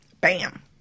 Bam